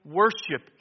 worship